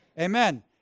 Amen